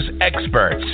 experts